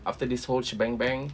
after this whole shi bang bang